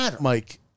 Mike